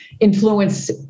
influence